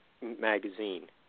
magazine